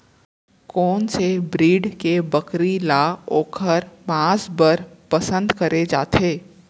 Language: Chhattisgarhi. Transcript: कोन से ब्रीड के बकरी ला ओखर माँस बर पसंद करे जाथे?